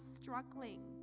struggling